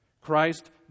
Christ